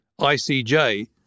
ICJ